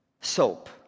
soap